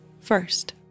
first